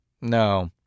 no